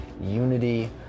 unity